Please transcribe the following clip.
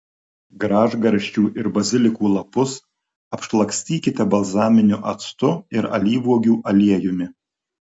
gražgarsčių ir bazilikų lapus apšlakstykite balzaminiu actu ir alyvuogių aliejumi